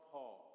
Paul